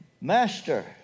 Master